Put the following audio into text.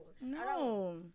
No